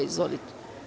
Izvolite.